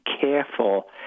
careful